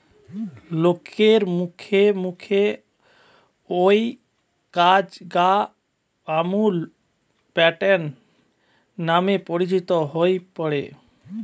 লোকের মুখে মুখে অউ কাজ গা আমূল প্যাটার্ন নামে পরিচিত হই পড়ে